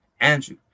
Andrew